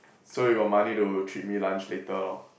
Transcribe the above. so you got money to treat me lunch later lor